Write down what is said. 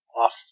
off